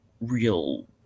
real